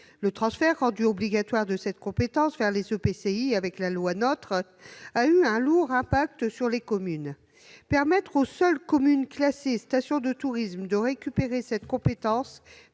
Le transfert rendu obligatoire par la loi NOTRe de cette compétence vers les EPCI a eu un lourd impact sur les communes. Permettre aux seules communes classées « stations de tourisme » de récupérer cette compétence